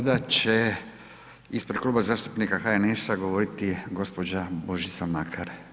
Sada će ispred Kluba zastupnika HNS-a govoriti gospođa Božica Makar.